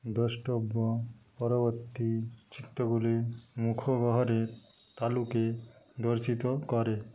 দ্রষ্টব্য পরবর্তী চিত্রগুলি মুখগহ্বরের তালুকে দর্শিত করে